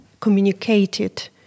communicated